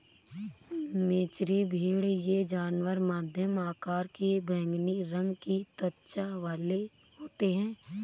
मेचेरी भेड़ ये जानवर मध्यम आकार के बैंगनी रंग की त्वचा वाले होते हैं